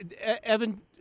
Evan